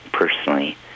Personally